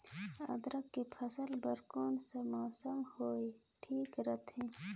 अदरक के फसल बार कोन सा मौसम हवे ठीक रथे?